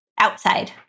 outside